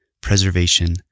preservation